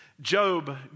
Job